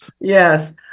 Yes